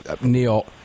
Neil